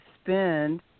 spend